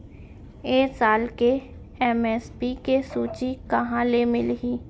ए साल के एम.एस.पी के सूची कहाँ ले मिलही?